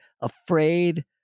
afraid